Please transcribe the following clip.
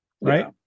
right